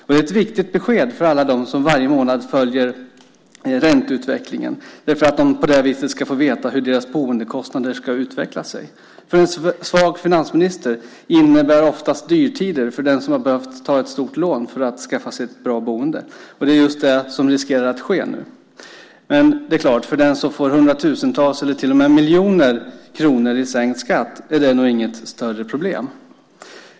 Det är ett viktigt besked för alla dem som varje månad följer ränteutvecklingen för att de på det viset ska få veta hur deras boendekostnader ska utveckla sig. En svag finansminister innebär oftast dyrtider för den som har behövt ta ett stort lån för att skaffa sig ett bra boende. Det är just det som riskerar att ske nu. Men, det är klart: För den som får hundratusentals eller till och med miljoner kronor i sänkt skatt är nog inte det något större problem.